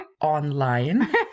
online